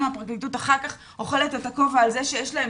הפרקליטות אחר כך אוכלת את הכובע על זה שיש להם